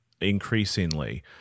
increasingly